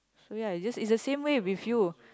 so ya is just is the same way with you